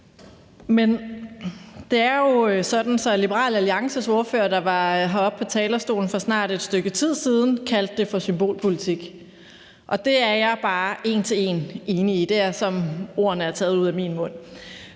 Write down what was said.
Det er jo sådan, at Liberal Alliances ordfører, der var heroppe på talerstolen for snart et stykke tid siden, kaldte det for symbolpolitik, og det er jeg bare en til en enig i. Det er, som om ordene er taget ud af min mund.